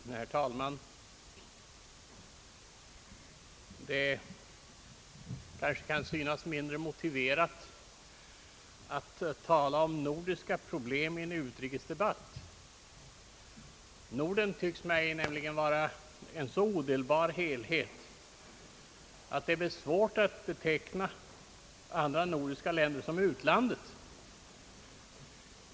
Herr talman! Det kan möjligen synas mindre väl motiverat att tala om nordiska problem i en utrikesdebatt — Norden tycks mig nämligen vara en så odelbar helhet att det är svårt att beteckna andra nordiska länder som »utlandet».